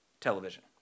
television